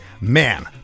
man